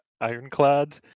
Ironclad